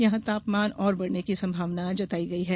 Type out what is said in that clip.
यहां तापमान और बढ़ने की संभावना जताई गई है